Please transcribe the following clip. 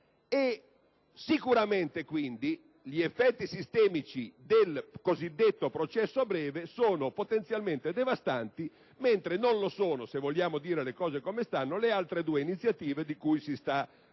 sicuramente gli effetti sistemici del cosiddetto processo breve sono potenzialmente devastanti, mentre non lo sono - se vogliamo dire le cose come stanno - le altre due iniziative di cui si sta discutendo.